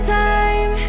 time